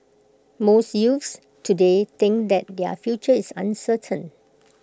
most youths today think that their future is uncertain